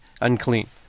unclean